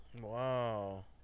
Wow